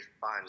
fun